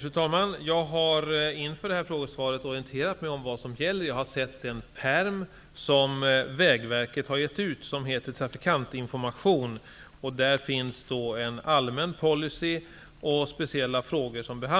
Fru talman! Jag har inför besvarandet av denna fråga orienterat mig om vad som gäller. Jag har sett den pärm som Vägverket har gett ut som heter Trafikantinformation. I pärmen redogör man för den allmänna policyn och behandlar särskilda frågor.